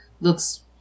looks